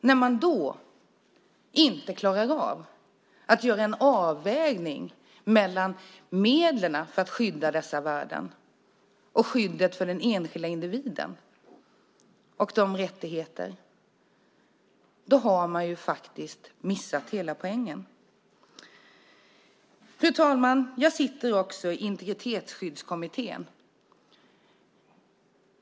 När man då inte klarar av att göra en avvägning mellan medlen för att skydda dessa värden och skyddet och rättigheterna för den enskilda individen, då har man faktiskt missat hela poängen. Fru talman! Jag sitter också i Integritetsskyddskommittén.